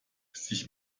sich